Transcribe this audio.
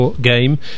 game